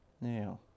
Now